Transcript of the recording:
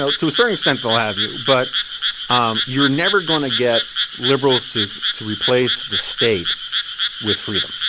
ah to a certain extent, they will have you. but um you're never going to get liberals to to replace the state with freedom.